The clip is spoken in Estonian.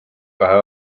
kahe